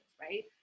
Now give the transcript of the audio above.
right